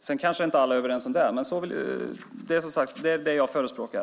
Sedan kanske inte alla är överens om det, men det är det jag förespråkar.